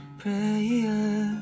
prayer